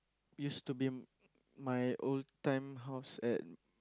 used to be my old time house at